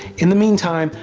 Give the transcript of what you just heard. in the meantime,